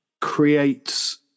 creates